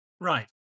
Right